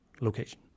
location